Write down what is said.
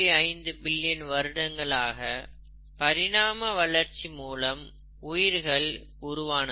5 billion வருடங்களாக பரிணாம வளர்ச்சி மூலம் உயிர்கள் உருவானது